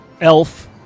Elf